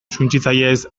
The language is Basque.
suntsitzaileez